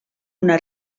una